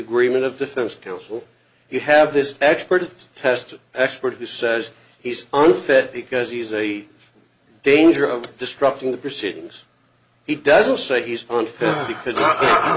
agreement of defense counsel you have this expert test expert who says he's unfit because he's a danger of disrupting the proceedings he doesn't say he's on because